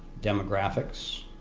demographics.